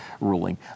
ruling